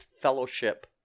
fellowship